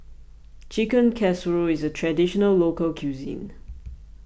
Chicken Casserole is a Traditional Local Cuisine